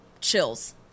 Chills